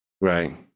right